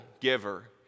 giver